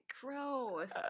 gross